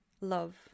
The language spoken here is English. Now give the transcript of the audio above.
love